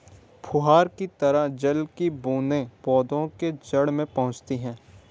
फुहार की तरह जल की बूंदें पौधे के जड़ में पहुंचती है